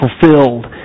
fulfilled